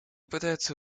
пытаются